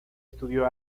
estudió